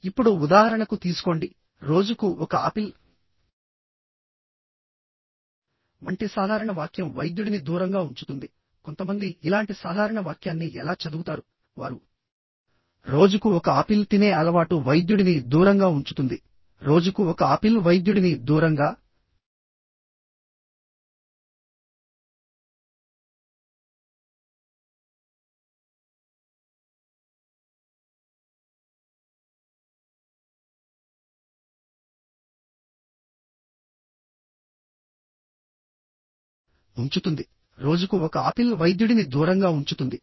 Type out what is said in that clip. ఇప్పుడుఉదాహరణకు తీసుకోండి రోజుకు ఒక ఆపిల్ వంటి సాధారణ వాక్యం వైద్యుడిని దూరంగా ఉంచుతుంది కొంతమంది ఇలాంటి సాధారణ వాక్యాన్ని ఎలా చదువుతారువారు రోజుకు ఒక ఆపిల్ చదివే అలవాటు వైద్యుడిని దూరంగా ఉంచుతుంది రోజుకు ఒక ఆపిల్ వైద్యుడిని దూరంగా ఉంచుతుందిరోజుకు ఒక ఆపిల్ వైద్యుడిని దూరంగా ఉంచుతుంది